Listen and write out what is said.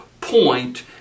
point